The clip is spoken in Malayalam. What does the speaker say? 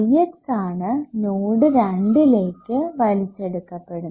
Ix ആണ് നോഡ് രണ്ടിലേക്ക് വലിച്ചെടുക്കപെടുന്നത്